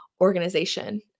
organization